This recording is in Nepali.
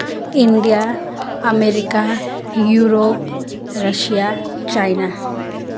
India America Europe Russia China